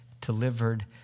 delivered